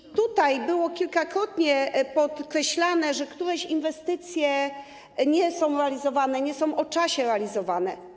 I tutaj było kilkakrotnie podkreślane, że niektóre inwestycje nie są realizowane, nie są o czasie realizowane.